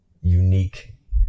unique